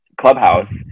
Clubhouse